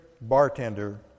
bartender